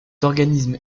organisme